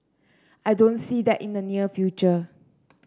I don't see that in the near future